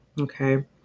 Okay